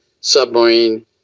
submarine